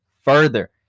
further